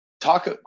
Talk